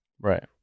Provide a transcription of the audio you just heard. Right